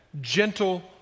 gentle